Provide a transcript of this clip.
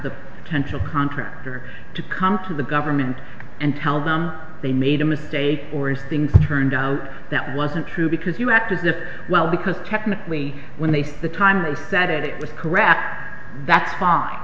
the potential contractor to come to the government and tell them they made a mistake or if things turned out that wasn't true because you act as if well because technically when they say the time is that it was correct that's fine